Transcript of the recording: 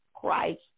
Christ